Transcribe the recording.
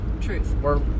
Truth